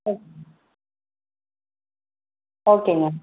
ஓகேங்க ஓகேங்க